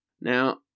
Now